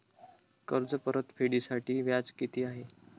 कर्ज परतफेडीसाठी व्याज किती आहे?